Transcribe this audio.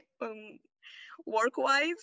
work-wise